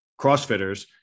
crossfitters